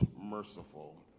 merciful